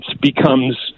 becomes